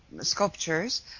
sculptures